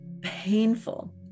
painful